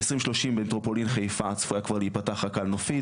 ב-2030 במטרופולין חיפה צפויה כבר להיפתח רק הקלנופית